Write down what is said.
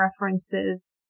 references